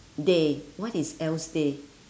day what is else day